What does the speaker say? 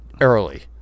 early